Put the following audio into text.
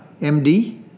MD